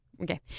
Okay